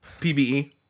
PVE